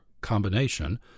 combination